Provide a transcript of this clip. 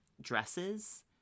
dresses